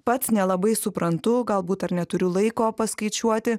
pats nelabai suprantu galbūt ar neturiu laiko paskaičiuoti